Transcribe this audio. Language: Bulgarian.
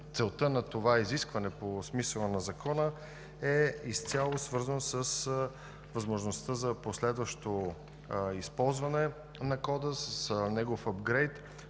Целта на това изискване по смисъла на Закона е изцяло свързано с възможността за последващо използване на кода с негов ъпгрейд,